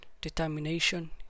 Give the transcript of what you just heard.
determination